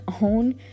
own